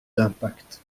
d’impact